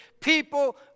People